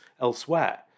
elsewhere